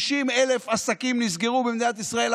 90,000 עסקים נסגרו במדינת ישראל,